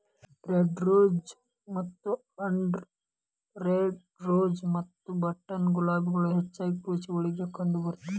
Edward rose ಮತ್ತ Andhra red rose ಮತ್ತ button ಗುಲಾಬಿಗಳು ಹೆಚ್ಚಾಗಿ ಕೃಷಿಯೊಳಗ ಕಂಡಬರ್ತಾವ